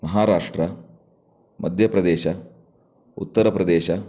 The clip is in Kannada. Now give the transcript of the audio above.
ಮಹಾರಾಷ್ಟ್ರ ಮಧ್ಯ ಪ್ರದೇಶ ಉತ್ತರ ಪ್ರದೇಶ